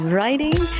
Writing